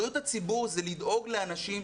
בריאות הציבור זה לדאוג לאנשים,